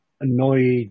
annoyed